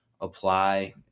apply